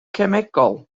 cemegol